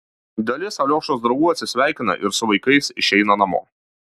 dalis aliošos draugų atsisveikina ir su vaikais išeina namo